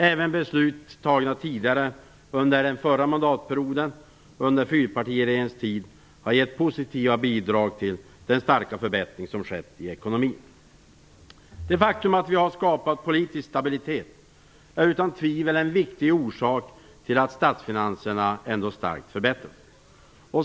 Även beslut fattade tidigare under den förra mandatperioden, under fyrpartiregeringens tid, har givit positiva bidrag till den starka förbättring som skett i ekonomin. Det faktum att vi har skapat politisk stabilitet är utan tvivel en viktig orsak till att statsfinanserna ändå starkt förbättras.